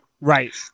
right